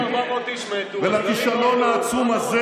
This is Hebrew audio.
6,400 איש מתו, לכישלון העצום הזה